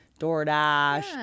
doordash